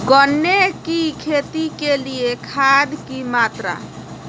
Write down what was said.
गन्ने की खेती के लिए खाद की मात्रा?